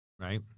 right